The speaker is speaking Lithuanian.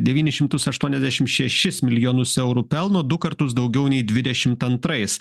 devynis šimtus aštuoniasdešim šešis milijonus eurų pelno du kartus daugiau nei dvidešimt antrais